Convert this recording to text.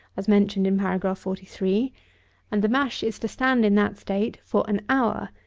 as mentioned in paragraph forty three and the mash is to stand in that state for an hour,